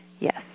yes